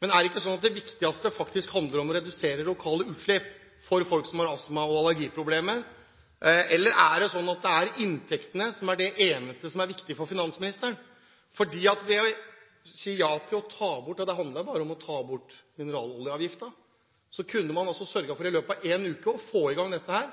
Men er det ikke sånn at det viktigste handler om å redusere lokale utslipp for folk som har astma- og allergiproblemer? Eller er det sånn at det er inntektene som er det eneste viktige for finansministeren? Ved å si ja til å ta bort – det handler bare om å ta bort – mineraloljeavgiften kunne man i løpet av én uke sørget for å få i gang dette